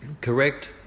correct